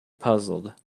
puzzled